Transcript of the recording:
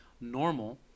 normal